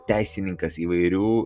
teisininkas įvairių